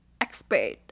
expert